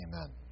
amen